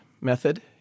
method